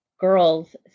girls